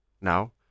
now